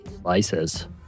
Slice's